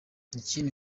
ikindi